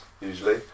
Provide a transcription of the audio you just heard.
usually